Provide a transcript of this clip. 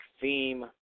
theme